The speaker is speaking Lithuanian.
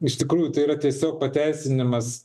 iš tikrųjų tai yra tiesiog pateisinimas